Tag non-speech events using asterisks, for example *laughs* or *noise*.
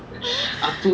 *laughs*